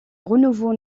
renouveau